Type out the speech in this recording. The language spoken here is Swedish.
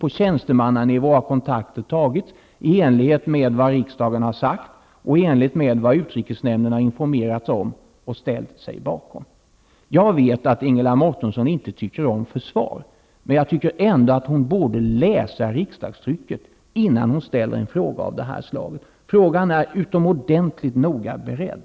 På tjänstemannanivå har kontakter tagits i enlighet med vad riksdagen har sagt och i enlighet med vad utrikesnämnden har informerats om och ställt sig bakom. Jag vet att Ingela Mårtensson inte tycker om försvar. Men jag tycker att hon ändå borde läsa riksdagstrycket innan hon ställer en fråga av det här slaget. Ärendet är utomordentligt noga berett.